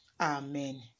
Amen